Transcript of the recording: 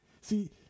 See